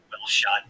well-shot